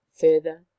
further